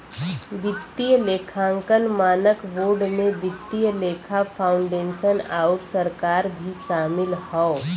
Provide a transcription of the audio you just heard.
वित्तीय लेखांकन मानक बोर्ड में वित्तीय लेखा फाउंडेशन आउर सरकार भी शामिल हौ